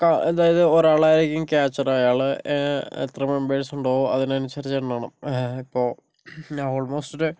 കാ അതായത് ഒരാളായിരിക്കും ക്യാച്ചറ് അയാള് എത്ര മെമ്പേഴ്സ് ഉണ്ടോ അതിനനുസരിച്ച് എണ്ണണം ഇപ്പോൾ ഓൾമോസ്റ്റ് ഒരു